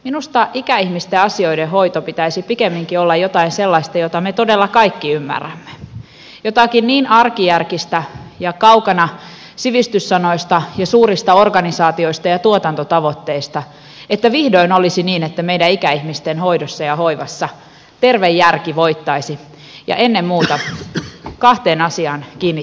minusta ikäihmisten asioiden hoidon pitäisi pikemminkin olla jotain sellaista jonka me todella kaikki ymmärrämme jotakin niin arkijärkistä ja kaukana sivistyssanoista ja suurista organisaatioista ja tuotantotavoitteista että vihdoin olisi niin että meidän ikäihmisten hoidossa ja hoivassa terve järki voittaisi ja ennen muuta kahteen asiaan kiinnittäisimme huomiota